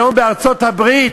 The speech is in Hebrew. היום בארה"ב